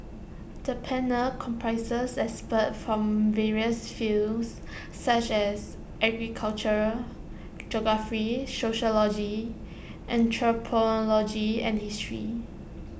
the panel comprises experts from various fields such as agriculture geography sociology anthropology and history